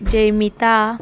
जैमिता